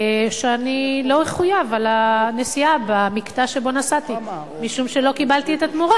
שאני לא אחויב על הנסיעה בקטע שבו נסעתי משום שלא קיבלתי את התמורה.